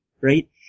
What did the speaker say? right